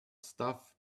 stuff